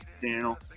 channel